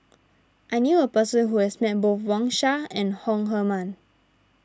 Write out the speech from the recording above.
I knew a person who has met both Wang Sha and Chong Heman